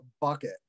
bucket